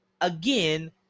again